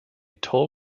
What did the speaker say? toll